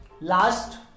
last